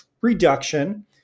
reduction